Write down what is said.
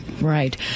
Right